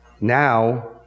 now